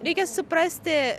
reikia suprasti